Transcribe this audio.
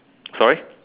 sorry